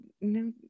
no